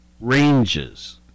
ranges